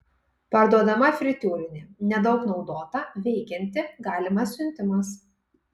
parduodama fritiūrinė nedaug naudota veikianti galimas siuntimas